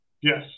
Yes